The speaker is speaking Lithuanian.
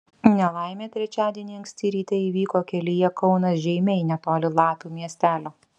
nelaimė trečiadienį anksti ryte įvyko kelyje kaunas žeimiai netoli lapių miestelio